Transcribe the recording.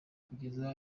kugeza